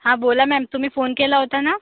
हां बोला मॅम तुम्ही फोन केला होता ना